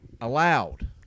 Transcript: Allowed